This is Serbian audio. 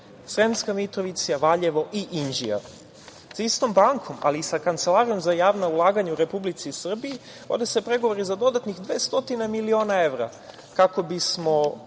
Sremska Mitrovica, Valjevo i Inđija. Sa istom bankom ali i sa Kancelarijom za javna ulaganja u Republici Srbiji vode se pregovori za dodatnih dve stotine miliona evra kako bismo